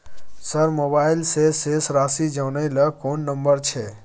Sir mobile से शेस राशि जानय ल कोन नंबर छै?